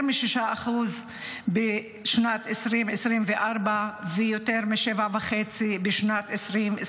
מ-6% בשנת 2024 ויותר מ-7.5 בשנת 2025,